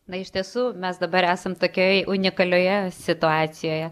na iš tiesų mes dabar esam tokioj unikalioje situacijoje